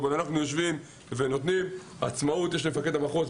יש עצמאות למפקד המחוז.